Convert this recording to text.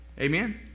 amen